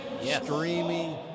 streaming